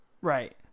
Right